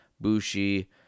Bushi